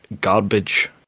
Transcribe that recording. garbage